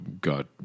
got